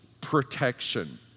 protection